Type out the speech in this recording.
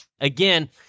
Again